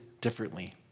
differently